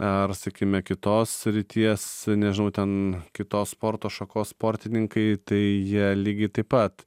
ar sakime kitos srities nežinau ten kitos sporto šakos sportininkai tai jie lygiai taip pat